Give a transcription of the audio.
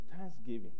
thanksgiving